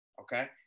okay